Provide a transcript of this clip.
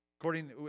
according